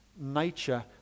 nature